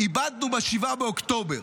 איבדנו ב-7 באוקטובר